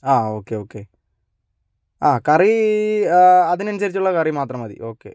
ആ okay okay ആ കറി അതിനനുസരിച്ചുള്ള കറി മാത്രം മതി ഓക്കെ